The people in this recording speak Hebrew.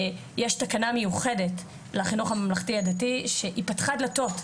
יש תקנה מיוחדת לחינוך הממלכתי הדתי שהיא פתחה דלתות,